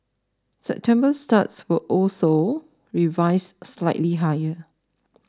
September starts were also revised slightly higher